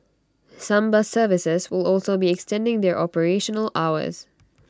some bus services will also be extending their operational hours